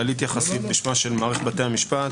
ואני אומר אמירה כללית יחסית בשמה של מערכת בתי המשפט.